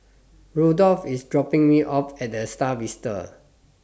Rudolf IS dropping Me off At The STAR Vista